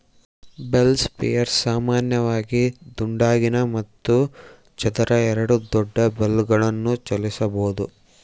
bale spears ಸಾಮಾನ್ಯವಾಗಿ ದುಂಡಗಿನ ಮತ್ತು ಚದರ ಎರಡೂ ದೊಡ್ಡ ಬೇಲ್ಗಳನ್ನು ಚಲಿಸಬೋದು